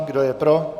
Kdo je pro?